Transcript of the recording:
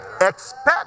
Expect